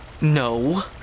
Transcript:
No